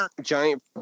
giant